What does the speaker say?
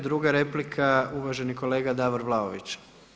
Druga replika uvaženi kolega Davor Vlaović.